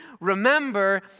Remember